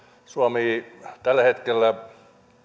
suomessa tällä hetkellä on